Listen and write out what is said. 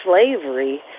slavery